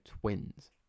twins